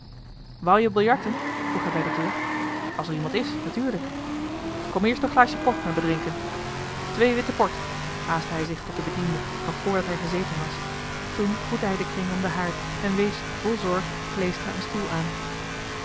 wu je biljarten vroeg hij bij de deur als er iemand is natuurlijk kom eerst een glaasje port met me drinken twee witte port haastte hij zich tot den bediende nog voordat hij gezeten was toen groette hij den kring om den haard en wees vol zorg kleestra een stoel aan